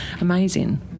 amazing